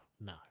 no